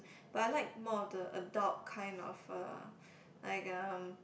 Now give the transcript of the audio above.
but I like more of the adult kind of uh like um